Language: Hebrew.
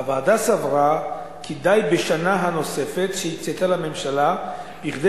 הוועדה סברה כי די בשנה הנוספת שהקצתה לממשלה כדי